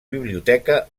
biblioteca